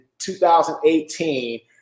2018